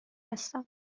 هستم